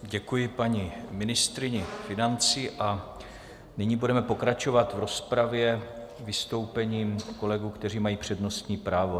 Děkuji paní ministryni financí a nyní budeme pokračovat v rozpravě vystoupením kolegů, kteří mají přednostní právo.